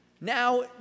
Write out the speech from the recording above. Now